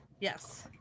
Yes